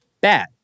bad